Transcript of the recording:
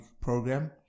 program